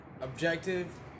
objective